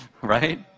right